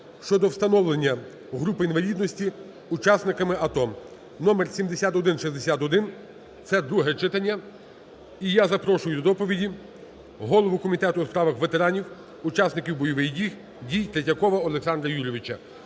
щодо встановлення групи інвалідності учасникам АТО (№ 7161). Це друге читання. І я запрошую до доповіді голову Комітету у справах ветеранів, учасників бойових дій Третьякова Олександра Юрійовича.